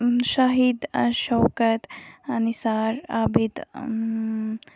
Shahid Shaukat Nisar Abid